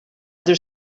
their